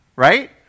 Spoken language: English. right